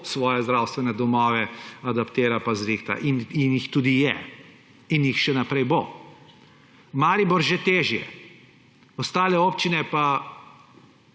svoje zdravstvene domove adaptira pa zrihta, in jih tudi je in jih še naprej bo, Maribor že težje, ostalih občin pa